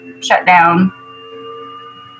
shutdown